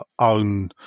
own